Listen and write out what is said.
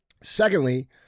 Secondly